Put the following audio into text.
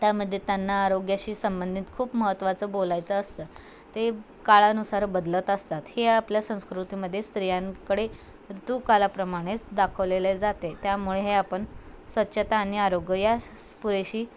त्यामध्ये त्यांना आरोग्याशी संबंधित खूप महत्त्वाचं बोलायचं असतं ते काळानुसार बदलत असतात हे आपल्या संस्कृतीमध्येे स्त्रियांकडे ऋतूकालाप्रमाणेच दाखवलेल्या जाते त्यामुळे हे आपण स्वच्छता आणि आरोग्य या स पुरेशी